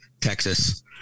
Texas